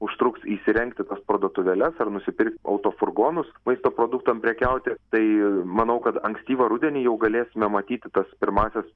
užtruks įsirengti tas parduotuvėles ar nusipirkt autofurgonus maisto produktam prekiauti tai manau kad ankstyvą rudenį jau galėsime matyti tas pirmąsias